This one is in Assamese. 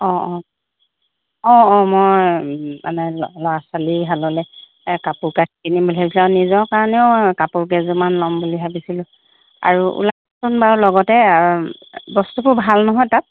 অ' অ' অ' অ' মই মানে ল'ৰা ছোৱালীহাললৈ কাপোৰ কানি কিনিম বুলি ভাবিছোঁ আৰু নিজৰ কাৰণেও কাপোৰ কেইযোৰমান ল'ম বুলি ভাবিছিলোঁ আৰু ওলাবচোন বাৰু লগতে বস্তুবোৰ ভাল নহয় তাত